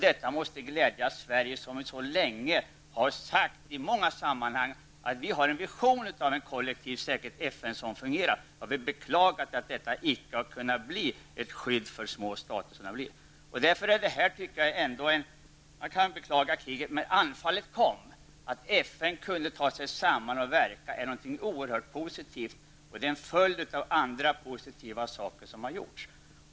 Detta måste glädja Sverige som så länge har sagt i många sammanhang att vi har en vision av en kollektiv säkerhet, ett FN som fungerar. Det är beklagligt att detta inte har kunnat utgöra ett skydd för små stater. Jag beklagar kriget, men anfallet har kommit. Att FN har kunnat ta sig samman och verka är något oerhört positivt. Det är en följd av andra positiva saker som har gjorts.